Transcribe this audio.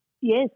Yes